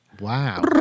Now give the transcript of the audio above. Wow